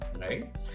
right